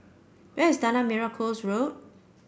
where is Tanah Merah Coast Road